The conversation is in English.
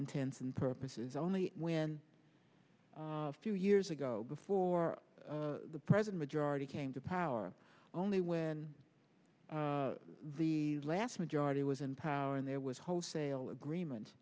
intents and purposes only when a few years ago before the president of georgia came to power only when the last majority was in power and there was wholesale agreement